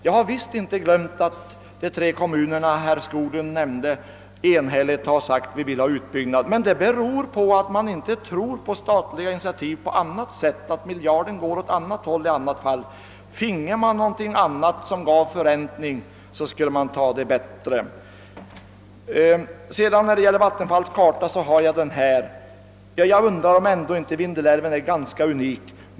Jag har visst inte glömt att de tre kommuner som herr Skoglund nämnde enhälligt sagt: Vi vill ha utbyggnad. Men det beror på att man inte tror på andra statliga initiativ. Man tror att miljarden går åt annat håll om den inte används för utbyggnad av Vindelälven. Om kommunerna fick något annat alternativ, som skulle kunna ge arbetstillfällen och utdelning, skulle de säkerligen hellre välja det. Jag vill sedan något beröra Vattenfalls karta, som jag har här. Jag undrar om ändå inte Vindelälven är ganska unik.